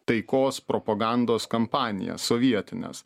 taikos propagandos kampanijas sovietines